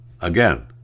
again